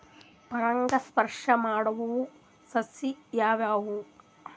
ಪರಾಗಸ್ಪರ್ಶ ಮಾಡಾವು ಸಸ್ಯ ಯಾವ್ಯಾವು?